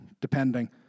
depending